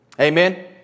Amen